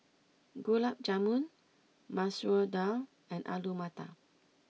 Gulab Jamun Masoor Dal and Alu Matar